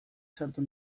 sartu